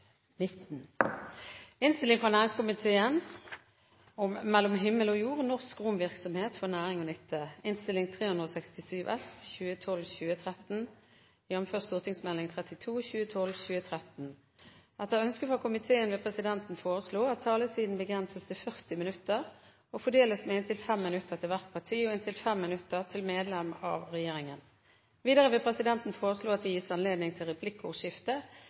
19. Etter ønske fra næringskomiteen vil presidenten foreslå at taletiden blir begrenset til 24 minutter og fordeles med inntil 3 minutter til hvert parti og inntil 3 minutter til medlem av regjeringen. Videre vil presidenten foreslå at det blir gitt anledning til replikkordskifte